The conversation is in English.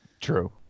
True